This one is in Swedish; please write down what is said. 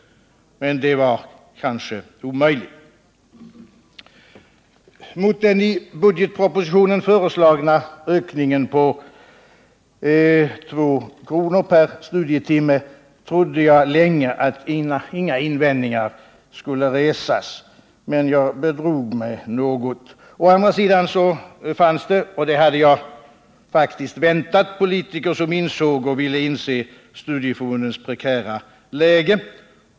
Men det var kanske omöjligt. Mot den i budgetpropositionen föreslagna ökningen på 2 kr. per studietimme trodde jag länge att inga invändningar skulle resas. Men jag bedrog mig något. Å andra sidan fanns det — och det hade jag faktiskt väntat — politiker som ville inse studieförbundens prekära läge.